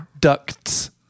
ducts